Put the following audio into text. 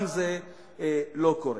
גם זה לא קורה.